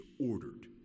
ordered